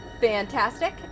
Fantastic